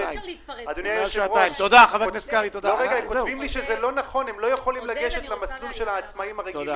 הם כותבים לי שהם לא יכולים לגשת למסלול של העצמאיים הרגילים,